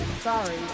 Sorry